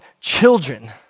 children